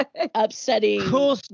upsetting